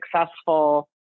successful